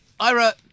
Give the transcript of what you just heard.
Ira